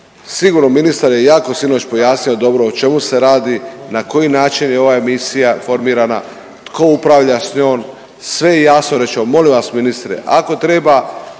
Sigurno ministar je jako sinoć pojasnio dobro o čemu se radi, na koji način je ova misija formirana, tko upravlja s njom, sve je jasno rečeno. Molim vas ministre, ako treba